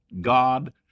God